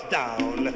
down